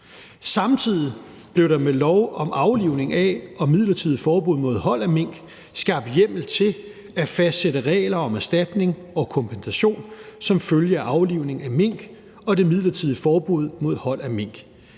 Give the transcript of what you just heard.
Samtidig blev der med lov om aflivning af og midlertidigt forbud mod hold af mink skabt hjemmel til at fastsætte regler om erstatning og kompensation som følge af aflivning af mink og det midlertidige forbud mod hold af mink,